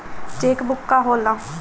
Check book का होला?